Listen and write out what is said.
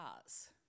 cars